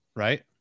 Right